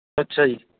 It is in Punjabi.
ਅੱਛਾ ਜੀ